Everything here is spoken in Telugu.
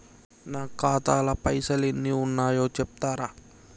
నా ఖాతా లా పైసల్ ఎన్ని ఉన్నాయో చెప్తరా?